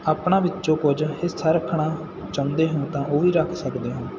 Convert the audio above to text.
ਆਪਣਾ ਵਿੱਚੋਂ ਕੁਝ ਹਿੱਸਾ ਰੱਖਣਾ ਚਾਹੁੰਦੇ ਹਾਂ ਤਾਂ ਉਹ ਵੀ ਰੱਖ ਸਕਦੇ ਹੋ